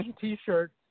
T-shirt